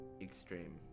extreme